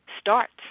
starts